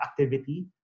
activity